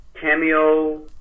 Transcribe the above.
cameo